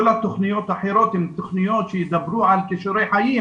כל התוכניות האחרות הן תוכניות שידברו על קישורי חיים